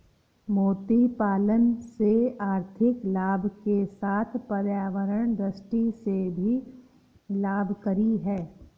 मोती पालन से आर्थिक लाभ के साथ पर्यावरण दृष्टि से भी लाभकरी है